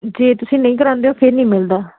ਜੇ ਤੁਸੀਂ ਨਹੀਂ ਕਰਾਉਂਦੇ ਹੋ ਫਿਰ ਨਹੀਂ ਮਿਲਦਾ